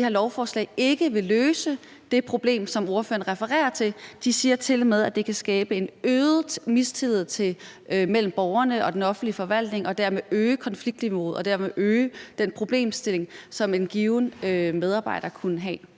her lovforslag ikke vil løse det problem, som ordføreren refererer til, men at de tilmed siger, at det kan skabe en øget mistillid mellem borgerne og den offentlige forvaltning og dermed øge konfliktniveauet og dermed også øge den problemstilling, som en given medarbejder kunne have.